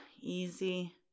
Easy